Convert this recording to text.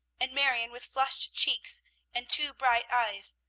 and marion with flushed cheeks and too bright eyes,